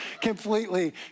completely